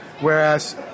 Whereas